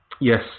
Yes